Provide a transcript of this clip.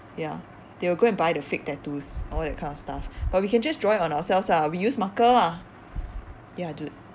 ya they will go and buy the fake tattoos all that kind of stuff but we can just draw it on ourselves lah we use marker lah ya dude